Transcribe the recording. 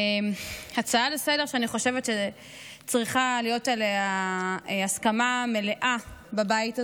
הצעה לסדר-היום שאני חושבת שצריכה להיות עליה הסכמה מלאה בבית הזה.